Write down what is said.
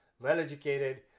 well-educated